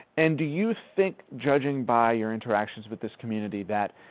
and do you think judging by your interactions with this community that,